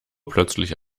plötzlich